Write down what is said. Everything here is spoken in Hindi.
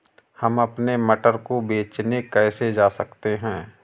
हम अपने मटर को बेचने कैसे जा सकते हैं?